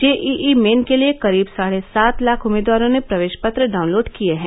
JEE main के लिए करीब साढ़े सात लाख उम्मीदवारों ने प्रवेश पत्र डाउनलोड किए हैं